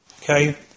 Okay